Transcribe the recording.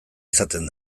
izaten